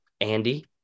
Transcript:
Andy